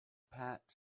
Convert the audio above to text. pat